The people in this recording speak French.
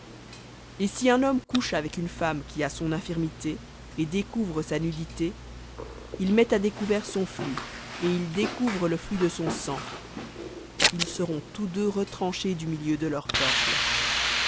et si un homme couche avec une femme qui a son infirmité et découvre sa nudité il met à découvert son flux et elle découvre le flux de son sang ils seront tous deux retranchés du milieu de leur peuple